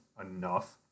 enough